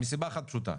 מסיבה אחת פשוטה,